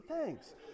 Thanks